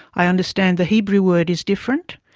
i understand the hebrew word is different,